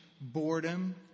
boredom